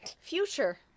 Future